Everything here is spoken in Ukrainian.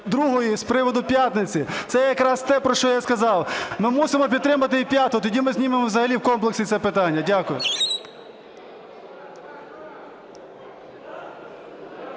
з 2-ї з приводу п'ятниці. Це якраз те, про що я сказав, ми мусимо підтримати і 5-у, тоді ми знімемо взагалі в комплексі це питання. Дякую.